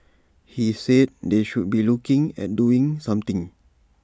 he said they should be looking at doing something